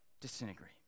disintegrate